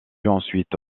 ensuite